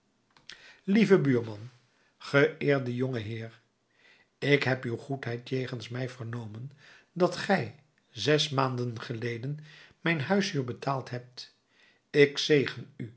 lieve buurman geëerde jonge heer ik heb uw goedheid jegens mij vernomen dat gij zes maanden geleden mijn huishuur betaald hebt ik zegen